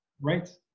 Right